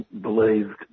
believed